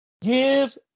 give